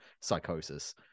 psychosis